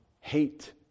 hate